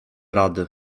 rady